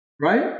Right